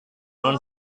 non